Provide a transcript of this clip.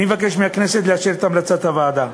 אני מבקש מהכנסת לאשר את המלצת הוועדה.